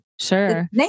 Sure